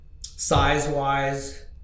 size-wise